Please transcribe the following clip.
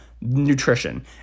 Nutrition